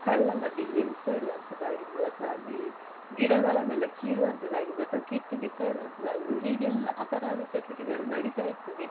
ಕಲ್ಲನ್ನು ಬಿಸಾಡುವಂಥದ್ದಾಗಿರ್ಬೋದು ಅಥ್ವಾ ಅಲ್ಲಿ ಗಿಡಗಳನ್ನೆಲ್ಲ ಕೀಳುವಂಥದ್ದಾಗಿರ್ಬೋದು ಅಥ್ವಾ ಕಿತ್ತು ಬಿಸಾಡುವಂಥದ್ದಾಗಿರ್ಬೋದು ಹೀಗೆಲ್ಲ ಅಪರಾಧ ಚಟುವಟಿಕೆಗಳು ನಡಿತಾ ಇರ್ತದೆ